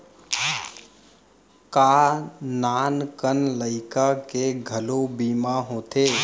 का नान कन लइका के घलो बीमा होथे?